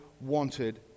wanted